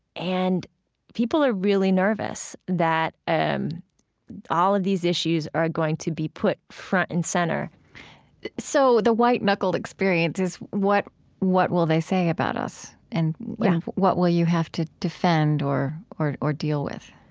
and people are really nervous that um all of these issues are going to be put front and center so the white-knuckled experience is what what will they say about us and yeah what will you have to defend or or deal with?